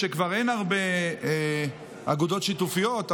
כשכבר אין הרבה אגודות שיתופיות,